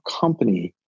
company